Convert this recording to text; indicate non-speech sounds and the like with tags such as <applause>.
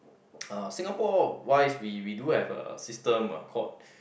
<noise> uh Singapore wise we we do have a system uh called